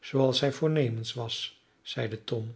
zooals hij voornemens was zeide tom